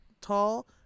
tall